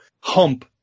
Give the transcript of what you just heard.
hump